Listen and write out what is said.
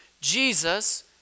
jesus